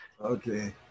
okay